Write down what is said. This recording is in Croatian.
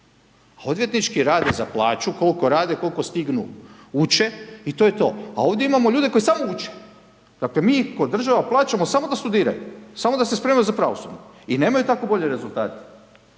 Odvjetnici rade za plaće koliko rade, koliko stignu uče i to je to. A ovdje imamo ljude koji samo uče. Dakle, mi ih ko država plaćaju samo da studiraju, samo da se spremaju za pravosudni i nemaju tako bolje rezultate.